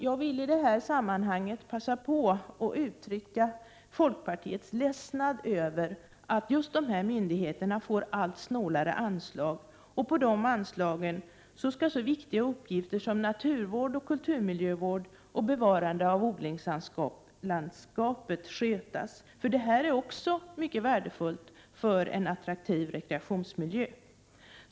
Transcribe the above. Jag vill i detta sammanhang passa på att uttrycka att folkpartiet tycker att det är ledsamt att dessa myndigheter får allt snålare anslag. Med hjälp av dessa anslag skall så viktiga uppgifter som naturvård, kulturmiljövård och bevarande av odlingslandskap skötas. Det är mycket värdefullt för en attraktiv rekreationsmiljö.